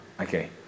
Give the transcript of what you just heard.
Okay